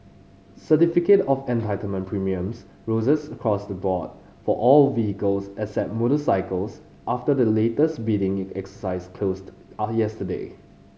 certificate of Entitlement premiums roses across the board for all vehicles except motorcycles after the latest bidding exercise closed are yesterday